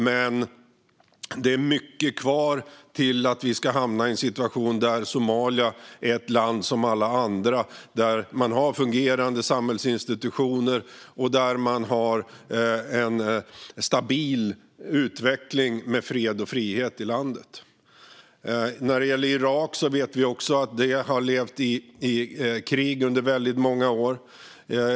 Men det är mycket kvar innan vi hamnar i en situation där Somalia är ett land som alla andra, där man har fungerande samhällsinstitutioner och där man har en stabil utveckling med fred och frihet. När det gäller Irak vet vi också att de har levt i krig under väldigt många år.